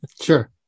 Sure